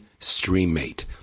StreamMate